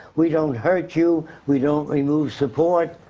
we don't hurt you, we don't remove support.